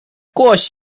course